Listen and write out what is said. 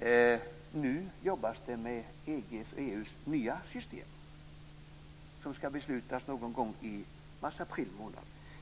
det nu jobbas med EU:s nya system, som kommer att beslutas någon gång i mars/april.